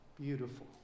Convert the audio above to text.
beautiful